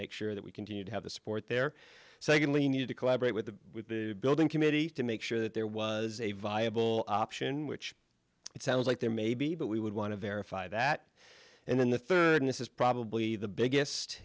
make sure that we continue to have the support there secondly need to collaborate with the building committee to make sure that there was a viable option which it sounds like there may be but we would want to verify that and then the third this is probably the biggest